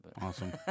Awesome